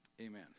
Amen